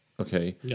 Okay